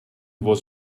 was